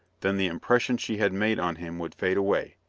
than the impression she had made on him would fade away.